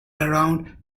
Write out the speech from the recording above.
around